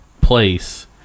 place